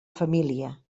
família